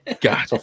God